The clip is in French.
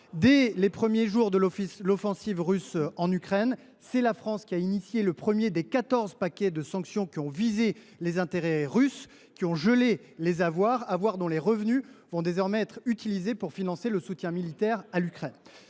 Dès les premiers jours de l’offensive russe en Ukraine, c’est la France qui a pris l’initiative de proposer le premier des quatorze paquets de sanctions ayant visé les intérêts russes et gelé les avoirs, avoirs dont les revenus seront désormais utilisés pour financer le soutien militaire à l’Ukraine.